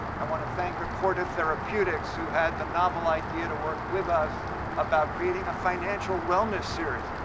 i want to thank acorda therapeutics who had the novel idea to work with us about creating a financial wellness series.